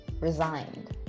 resigned